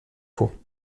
faut